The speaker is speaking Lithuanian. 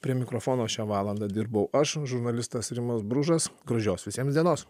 prie mikrofono šią valandą dirbau aš žurnalistas rimas bružas gražios visiems dienos